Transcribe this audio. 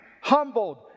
humbled